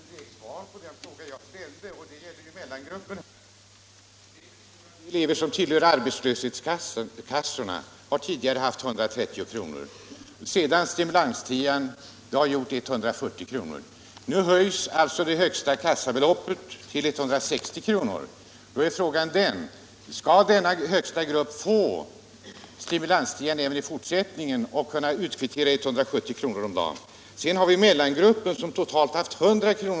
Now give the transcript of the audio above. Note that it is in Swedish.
Herr talman! Jag fick inte direkt svar på den fråga jag ställde, som gällde mellangruppen. De elever som tillhör arbetslöshetskassorna har tidigare haft 130 kr. Sedan tillkommer stimulans-tian, och det har gjort 140 kr. Nu höjs alltså det högsta kassabeloppet till 160 kr. Då är frågan: Skall den högsta gruppen få stimulans-tian även i fortsättningen och kunna utkvittera 170 kr. om dagen? Sedan har vi mellangruppen som totalt haft bara 100 kr.